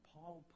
Paul